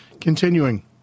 Continuing